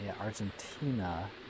Argentina